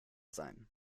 sein